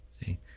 see